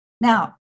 Now